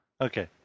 Okay